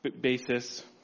basis